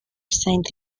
saint